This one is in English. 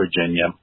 Virginia